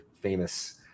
famous